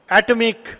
atomic